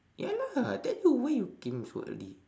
ya lah then why you came so early